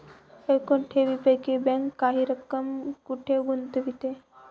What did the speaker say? एकूण ठेवींपैकी बँक काही रक्कम कुठे गुंतविते?